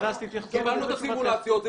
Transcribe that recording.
הדס, תתייחסי לזה בתשובתך.